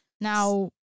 Now